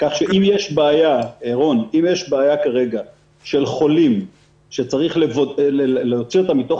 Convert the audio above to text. כך שאם יש בעיה כרגע של חולים שצריך להוציא אותם מתוך